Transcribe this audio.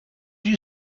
you